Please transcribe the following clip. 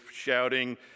shouting